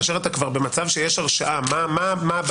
כאשר אתה במצב שכבר יש הרשעה מה הבאגים?